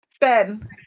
Ben